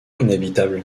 inhabitable